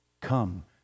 Come